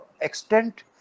extent